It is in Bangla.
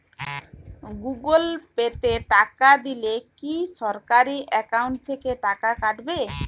গুগল পে তে টাকা দিলে কি সরাসরি অ্যাকাউন্ট থেকে টাকা কাটাবে?